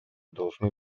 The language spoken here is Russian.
должны